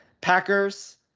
Packers